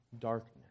darkness